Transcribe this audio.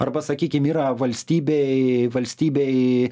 arba sakykim yra valstybėj valstybėj